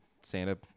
Santa